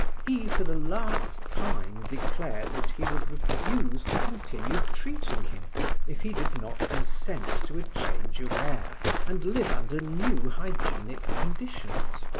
he for the last time declared that he would refuse to continue treating him if he did not consent to a change of air, and live under new hygienic conditions.